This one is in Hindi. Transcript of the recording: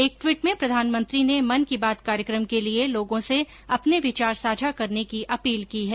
एक ट्वीट में प्रधानमंत्री ने मन की बात कार्यक्रम के लिए लोगों से अपने विचार साझा करने की अपील की है